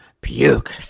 Puke